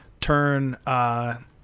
Turn